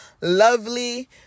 lovely